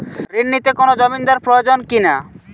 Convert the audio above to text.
ঋণ নিতে কোনো জমিন্দার প্রয়োজন কি না?